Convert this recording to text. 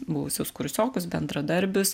buvusius kursiokus bendradarbius